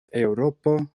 eŭropo